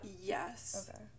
yes